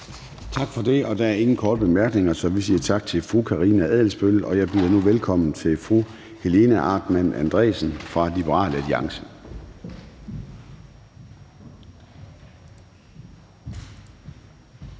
Tak for det, og der er ingen korte bemærkninger. Vi siger tak til fru Karina Adsbøl, og jeg byder nu velkommen til hr. Ole Birk Olesen, Liberal Alliance.